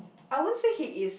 I won't say he is